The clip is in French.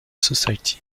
society